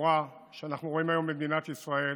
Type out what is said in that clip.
ישראל,